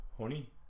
honey